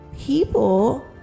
People